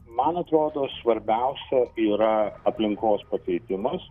man atrodo svarbiausia yra aplinkos pakeitimas